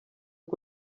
cyo